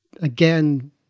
again